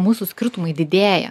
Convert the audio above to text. mūsų skirtumai didėja